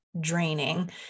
draining